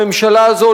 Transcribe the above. הממשלה הזאת,